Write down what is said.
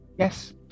Yes